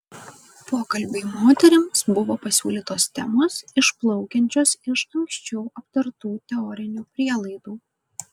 pokalbiui moterims buvo pasiūlytos temos išplaukiančios iš anksčiau aptartų teorinių prielaidų